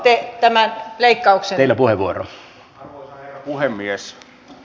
arvoisa herra puhemies